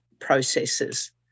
processes